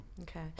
Okay